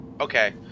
okay